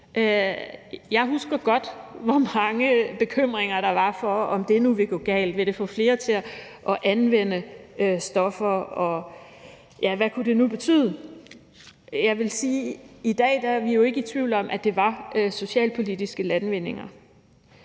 Jeg husker godt, hvor mange bekymringer der var for, om det nu ville gå galt, om det ville få flere til at anvende stoffer, og hvad det nu kunne betyde. Jeg vil sige, at i dag er vi jo ikke i tvivl om, at det var socialpolitiske landvindinger.